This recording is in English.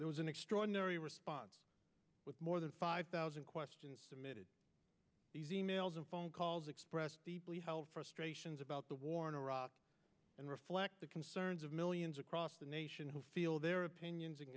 there was an extraordinary response with more than five thousand questions submitted these e mails and phone calls expressed frustration is about the war in iraq and reflects the concerns of millions across the nation who feel their opinions and